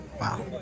Wow